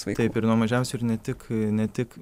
taip ir nuo mažiausių ir ne tik ne tik